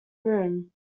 room